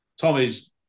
Tommy's